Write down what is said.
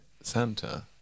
Santa